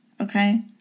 Okay